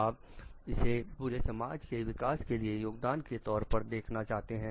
आप इसे पूरे समाज के विकास के लिए योगदान के तौर पर देखना चाहते हैं